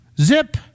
Zip